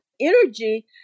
energy